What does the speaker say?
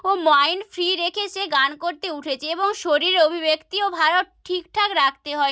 ও mind free রেখে সে গান করতে উঠেছে এবং শরীর অভিব্যক্তিও ভালো ঠিকঠাক রাখতে হয়